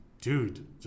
Dude